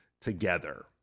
together